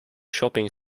shopping